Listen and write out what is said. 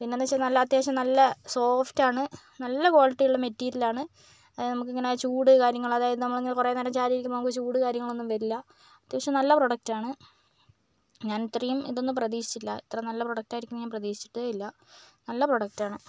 പിന്നെ എന്നു വച്ചാൽ നല്ല അത്യാവശ്യം നല്ല സോഫ്റ്റ് ആണ് നല്ല ക്വാളിറ്റി ഉള്ള മെറ്റീരിയല് ആണ് നമുക്കിങ്ങനെ ചൂട് കാര്യങ്ങള് അതായത് നമ്മളിങ്ങനെ കുറേ നേരം ചാരിയിരിക്കുമ്പോൾ നമുക്ക് ചൂട് കാര്യങ്ങളൊന്നും വരില്ല അത്യാവശ്യം നല്ല പ്രൊഡക്റ്റ് ആണ് ഞാന് ഇത്രയും ഇതൊന്നും പ്രതീക്ഷിച്ചില്ല ഇത്ര നല്ല പ്രൊഡക്റ്റ് ആയിരിക്കുമെന്ന് ഞാന് പ്രതീക്ഷിച്ചിട്ടേ ഇല്ല നല്ല പ്രൊഡക്റ്റ് ആണ്